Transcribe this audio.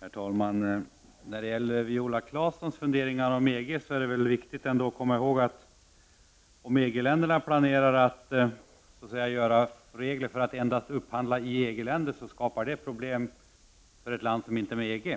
Herr talman! När det gäller Viola Claessons funderingar om EG är det viktigt att komma ihåg att planer inom EG-länderna på regler för att upphandling skall få ske endast i EG-länder skapar problem för ett land som inte är med i EG.